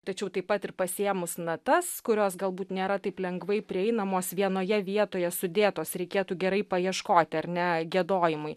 tačiau taip pat ir pasiėmus natas kurios galbūt nėra taip lengvai prieinamos vienoje vietoje sudėtos reikėtų gerai paieškoti ar ne giedojimui